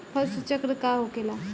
फसल चक्र का होला?